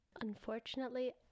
unfortunately